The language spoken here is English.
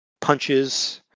punches